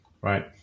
right